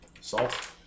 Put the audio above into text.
Salt